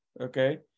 okay